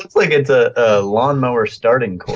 like it's a lawn-mower starting